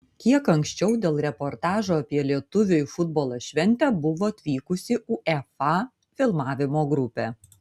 kiek anksčiau dėl reportažo apie lietuvį į futbolo šventę buvo atvykusi uefa filmavimo grupė